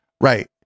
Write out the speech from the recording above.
Right